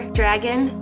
dragon